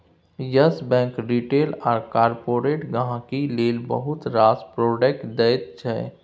yes bank retail आ corporate गांहिकी लेल बहुत रास प्रोडक्ट दैत छै